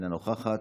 אינה נוכחת,